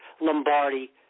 Lombardi